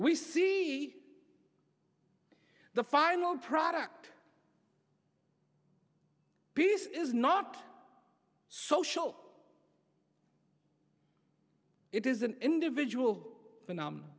we see the final product piece is not social it is an individual